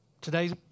Today